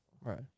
Right